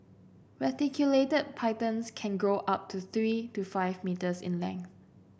reticulated pythons can grow up to three to five metres in length